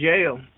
jail